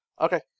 Okay